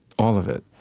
all of it.